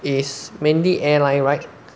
is mainly airline right